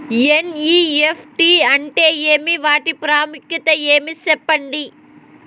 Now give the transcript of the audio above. NEFT అంటే ఏమి వాటి ప్రాముఖ్యత ఏమి? సెప్పండి?